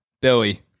Billy